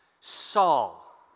Saul